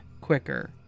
quicker